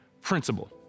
principle